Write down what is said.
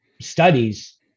studies